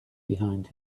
behind